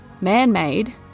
man-made